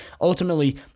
ultimately